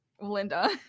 Linda